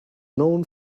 known